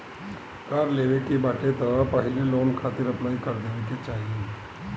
कार लेवे के बाटे तअ पहिले लोन खातिर अप्लाई कर देवे के चाही